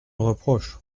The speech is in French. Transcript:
reproches